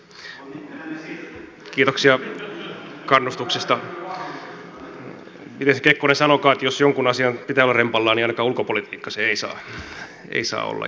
miten se kekkonen sanoikaan että jos jonkun asian pitää olla rempallaan niin ainakaan ulkopolitiikka se ei saa olla